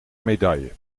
medaille